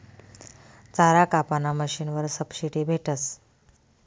चारा कापाना मशीनवर सबशीडी भेटस